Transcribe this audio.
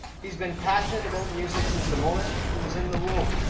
he's been passionate about music since the moment he was in the womb.